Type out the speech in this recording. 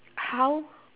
how